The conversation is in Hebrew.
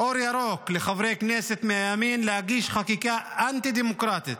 אור ירוק לחברי הכנסת מהימין להגיש חקיקה אנטי-דמוקרטית